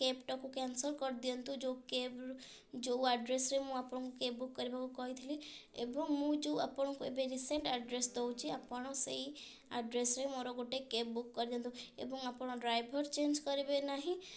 କ୍ୟାବ୍ଟାକୁ cancel କରିଦିଅନ୍ତୁ ଯେଉଁ କ୍ୟାବ୍ରେ ଯେଉଁ ଆଡ଼୍ରେସ୍ରେ ମୁଁ ଆପଣଙ୍କୁ କ୍ୟାବ୍ ବୁକ୍ କରିବାକୁ କହିଥିଲି ଏବଂ ମୁଁ ଯେଉଁ ଆପଣଙ୍କୁ ଏବେ ରିସେଣ୍ଟ୍ ଆଡ଼୍ରେସ୍ ଦେଉଛି ଆପଣ ସେଇ ଆଡ଼୍ରେସ୍ରେ ମୋର ଗୋଟେ କ୍ୟାବ୍ ବୁକ୍ କରିଦିଅନ୍ତୁ ଏବଂ ଆପଣ ଡ୍ରାଇଭର୍ ଚେଞ୍ଜ କରିବେ ନାହିଁ